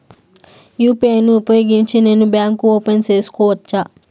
UPI ను ఉపయోగించి నేను బ్యాంకు ఓపెన్ సేసుకోవచ్చా?